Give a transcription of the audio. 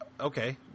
okay